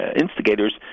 instigators